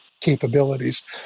capabilities